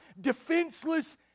Defenseless